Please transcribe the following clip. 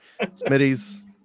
Smitty's